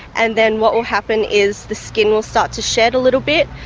and then what will happen is the skin will start to shed a little bit,